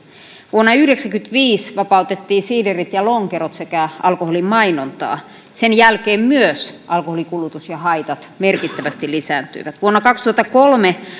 vuonna yhdeksänkymmentäviisi vapautettiin siiderit ja lonkerot sekä alkoholimainonta myös sen jälkeen alkoholinkulutus ja haitat merkittävästi lisääntyivät vuonna kaksituhattakolme